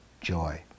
joy